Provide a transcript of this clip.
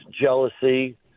jealousy